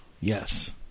Yes